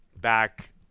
Back